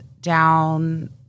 down